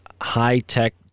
high-tech